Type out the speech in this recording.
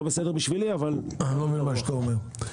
אני לא מבין מה שאתה אומר.